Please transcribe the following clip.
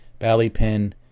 Ballypin